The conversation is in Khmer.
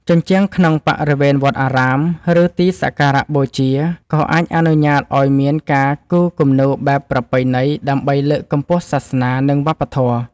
ជញ្ជាំងក្នុងបរិវេណវត្តអារាម ឬទីសក្ការៈបូជា ក៏អាចអនុញ្ញាតឱ្យមានការគូរគំនូរបែបប្រពៃណីដើម្បីលើកកម្ពស់សាសនា និងវប្បធម៌។